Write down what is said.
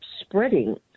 spreading